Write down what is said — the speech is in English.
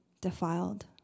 defiled